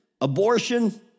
abortion